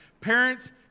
Parents